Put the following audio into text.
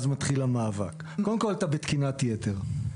אז מתחיל המאבק: קודם כל אתה בתקינת יתר.